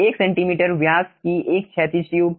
1 centimetre व्यास की एक क्षैतिज ट्यूब